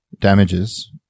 damages